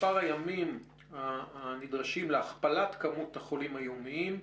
מספר הימים הנדרשים להכפלת כמות החולים היומיים,